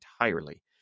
entirely